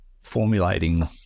formulating